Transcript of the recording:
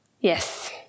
Yes